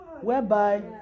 whereby